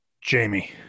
Jamie